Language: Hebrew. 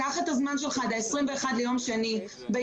קח את הזמן שלך עד 21 בספטמבר, עד יום שני.